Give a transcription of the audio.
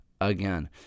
again